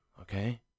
okay